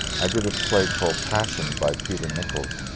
i did a play called passion by peter nichols,